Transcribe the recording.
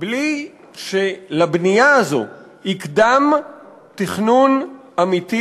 בלי שלבנייה הזאת יקדם תכנון אמיתי,